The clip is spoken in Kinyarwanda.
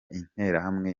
interahamwe